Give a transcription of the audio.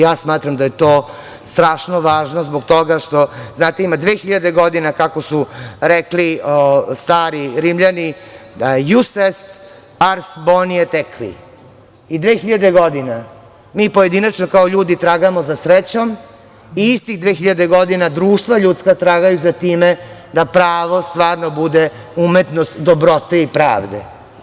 Ja smatram da je to strašno važno zbog toga što, znate ima 2.000 godina kako su rekli stari Rimljani „jus est ars boni et aequi“ tekli i 2.000 godina mi pojedinačno kao ljudi tragamo za srećom i istih 2.000 godina društva ljudska tragaju za time da pravo stvarno bude umetnost dobrote i pravde.